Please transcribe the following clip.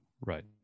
right